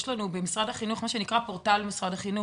יש לנו במשרד החינוך מה שנקרא פורטל משרד החינוך.